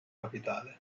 capitale